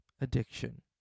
addiction